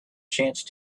chance